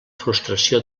frustració